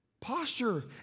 posture